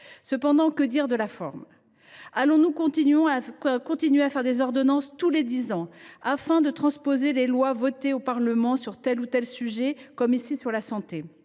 Cependant, que dire de la forme ? Continuerons nous à prendre des ordonnances tous les dix ans afin de transposer les lois votées au Parlement sur tel ou tel sujet, comme ici sur la santé ?